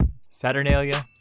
Saturnalia